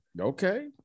Okay